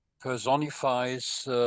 personifies